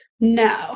No